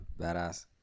Badass